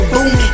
Boom